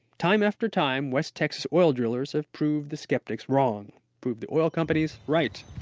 time after time, west texas oil drillers have proved the skeptics wrong, proved the oil companies right.